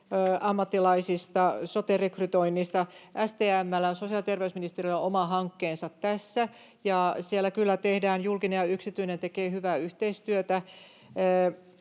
ammattilaisten sote-rekrytoinnista. STM:llä, sosiaali- ja terveysministeriöllä, on oma hankkeensa tässä, ja siellä kyllä julkinen ja yksityinen tekevät hyvää yhteistyötä.